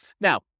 Now